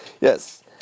yes